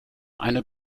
eine